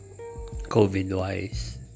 COVID-wise